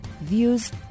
views